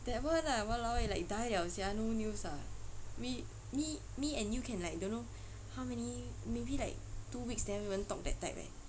that one ah !walao! eh like die liao sia no news ah we me me and you can like don't know how many maybe like two weeks then we won't talk that type eh